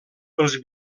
pels